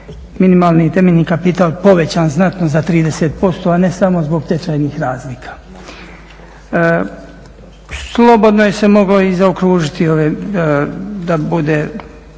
minimalni temeljni kapital povećan znatno za 30%, a ne samo zbog tečajnih razlika. Slobodno se moglo i zaokružiti da bude